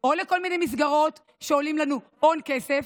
או לכל מיני מסגרות שעולות לנו הון כסף.